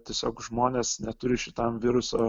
tiesiog žmonės neturi šitam viruso